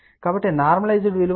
కాబట్టి నార్మలైస్ విలువ 6050 1